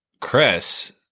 Chris